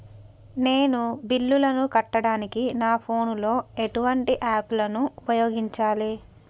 నేను బిల్లులను కట్టడానికి నా ఫోన్ లో ఎటువంటి యాప్ లను ఉపయోగించాలే?